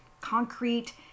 concrete